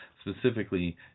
specifically